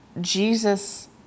Jesus